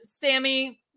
sammy